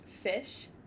fish